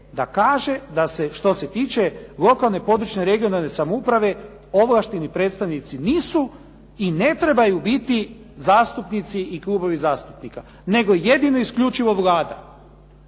da kaže što se tiče lokalne, područne i regionalne samouprave ovlašteni predstavnici nisu i ne trebaju biti zastupnici i klubovi zastupnika, nego jedino i isključivo Vlada.